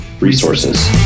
resources